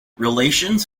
relations